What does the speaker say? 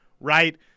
Right